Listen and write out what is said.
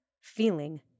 Feeling